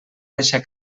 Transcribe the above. deixa